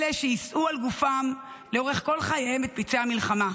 אלה שיישאו על גופם לאורך כל חייהם את פצעי המלחמה.